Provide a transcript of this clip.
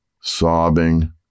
sobbing